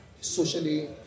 socially